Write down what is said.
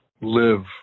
live